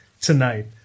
tonight